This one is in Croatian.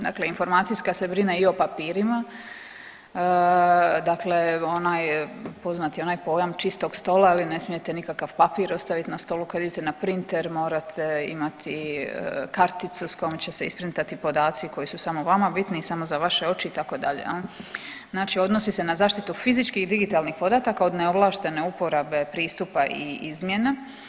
Dakle, informacijska se brine i o papirima dakle poznat je onaj pojam čistog stola, ne smijete nikakav papir ostavit na stolu, kad idete na printer morate imati karticu s kojom će se isprintati podaci koji su samo vama bitni i samo za vaše oči itd., znači odnosi se na zaštitu fizičkih i digitalnih podataka od neovlaštene uporabe pristupa i izmjena.